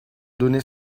donner